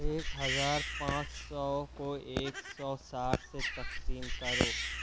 ایک ہزار پانچ سو کو ایک سو ساٹھ سے تقسیم کرو